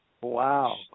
Wow